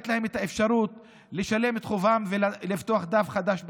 אפשרות לשלם את חובם ולפתוח דף חדש בחייהם,